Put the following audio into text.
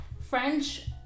French